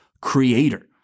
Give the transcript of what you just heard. creator